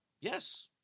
Yes